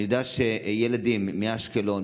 אני יודע שילדים מאשקלון,